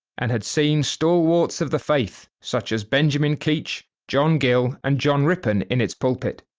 and had seen stalwarts of the faith such as benjamin keach, john gill, and john rippon in its pulpit.